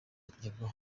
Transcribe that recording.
kugerwaho